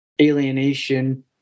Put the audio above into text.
alienation